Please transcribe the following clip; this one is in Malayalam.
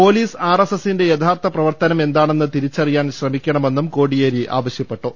പൊലീസ് ആർ എസ് എസിന്റെ യഥാർത്ഥ പ്രവർത്തനം എന്താണെന്ന് തിരിച്ചറിയാൻ ശ്രമിക്ക ണമെന്നും കോടിയേരി ആവശ്യപ്പെട്ടു